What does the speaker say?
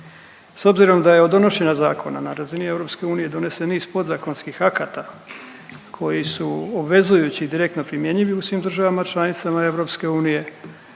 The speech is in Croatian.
S obzirom da je od donošenja zakona, na razini EU donesen niz podzakonskih akata koji su obvezujući i direktno primjenjivi u svim državama članicama EU,